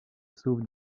sauve